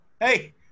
Hey